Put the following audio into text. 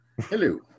Hello